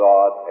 God